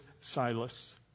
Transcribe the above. Silas